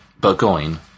Burgoyne